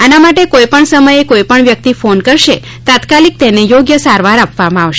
આના માટે કોઈ પણ સમયે કોઈ પણ વ્યક્તિ ફોન કરશે તાત્કાલિક તેને યોગ્ય સારવાર આપવામાં આવશે